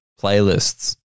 playlists